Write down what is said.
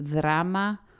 Drama